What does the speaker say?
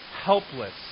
helpless